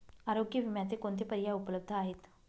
आरोग्य विम्याचे कोणते पर्याय उपलब्ध आहेत?